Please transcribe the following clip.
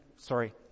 Sorry